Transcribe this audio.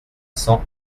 cents